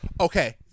Okay